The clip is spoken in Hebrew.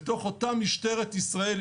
בתוך אותה משטרת ישראל,